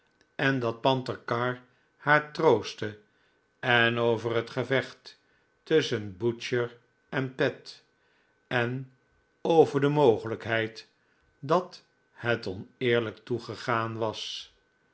en dat panther carr haar troostte en over het gevecht tusschen butcher en pet en over de mogelijkheid dat het oneerlijk toegegaan was